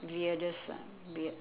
weirdest ah weird